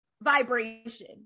vibration